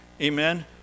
amen